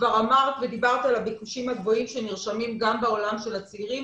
כבר אמרת ודיברת על הביקושים הגבוהים שנרשמים גם בעולם של הצעירים.